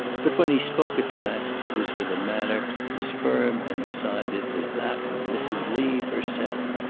but when he spoke at last, it was with a manner as firm and decided as that of mrs. lee herself.